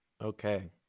Okay